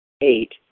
Eight